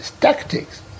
tactics